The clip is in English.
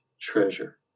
treasure